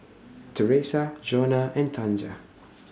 Teresa Jonna and Tanja